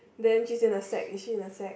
then she is in a sack is she in a sack